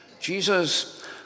Jesus